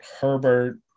Herbert